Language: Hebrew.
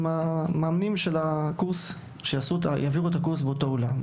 עם המאמנים של הקורס שיעבירו את הקורס באותו אולם.